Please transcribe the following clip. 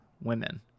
women